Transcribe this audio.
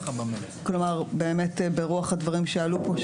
כלומר באמת ברוח הדברים שעלו פה,